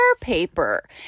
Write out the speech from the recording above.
paper